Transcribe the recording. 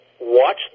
watch